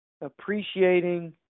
appreciating